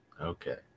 okay